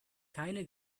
keine